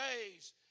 days